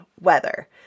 weather